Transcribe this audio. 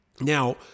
Now